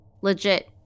legit